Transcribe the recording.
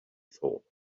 thought